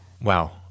Wow